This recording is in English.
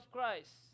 Christ